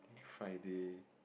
Friday